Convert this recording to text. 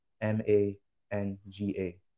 m-a-n-g-a